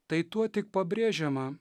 tai tuo tik pabrėžiama